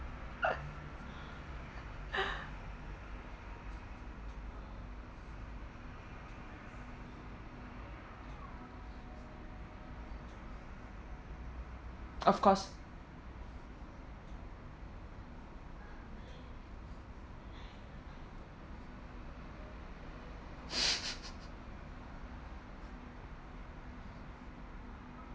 of course